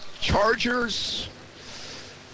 Chargers